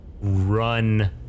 run